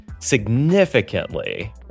significantly